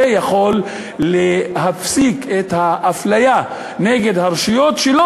זה יכול להפסיק את האפליה של הרשויות שלא